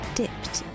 dipped